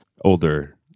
older